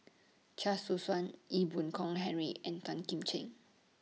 Chia Choo Suan Ee Boon Kong Henry and Tan Kim Seng